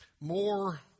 more